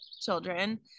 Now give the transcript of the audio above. children